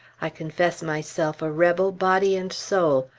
i confess myself a rebel, body and soul.